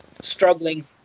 struggling